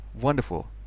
Wonderful